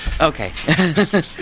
Okay